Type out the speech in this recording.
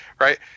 right